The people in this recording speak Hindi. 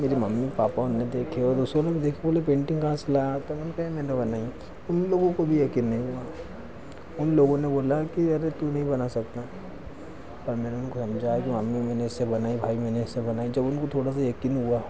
मेरी मम्मी पापा उन्होंने देखी और सोनू ने देखी बोले पेंटिंग कहाँ से लाया तो मैंने कहा मैंने बनाई उन लोगों को भी यक़ीन नहीं हुआ उन लोगों ने बोला कि अरे तू नहीं बना सकता तब मैंने उनको समझाया कि मम्मी मैने ऐसे बनाई भाई मैंने ऐसे बनाई जब उनको थोड़ा सा यक़ीन हुआ